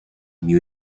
new